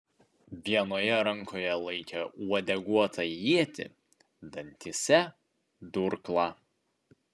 vienoje rankoje laikė uodeguotą ietį dantyse durklą